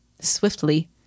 swiftly